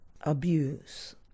abuse